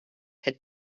had